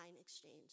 exchange